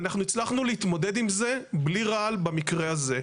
אנחנו הצלחנו להתמודד עם זה בלי רעל במקרה הזה.